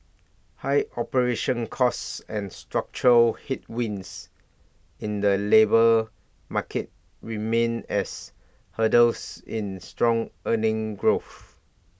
high operation costs and structural headwinds in the labour market remain as hurdles in strong earning growth